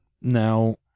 Now